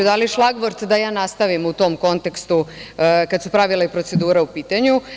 Vi ste dali šlagvort da ja nastavim u tom kontekstu, kada su pravila i procedure u pitanju.